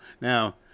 Now